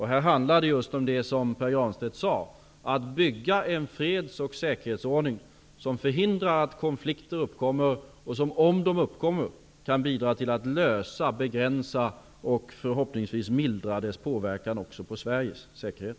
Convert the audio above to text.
Här handlar det om just det som Pär Granstedt sade: att bygga en freds och säkerhetsordning som förhindrar att konflikter uppkommer, och som, om de uppkommer, kan bidra till att lösa, begränsa och förhoppningsvis mildra konflikternas påverkan också på Sveriges säkerhet.